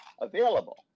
available